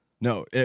No